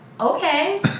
okay